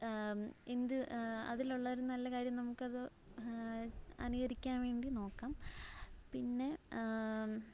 എന്ത് അതിലുള്ളൊരു നല്ല കാര്യം നമുക്കത് അനുകരിക്കാൻ വേണ്ടി നോക്കാം പിന്നെ